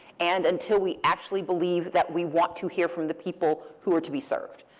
and until we actually believe that we want to hear from the people who are to be served.